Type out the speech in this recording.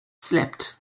slipped